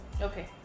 Okay